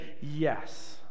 yes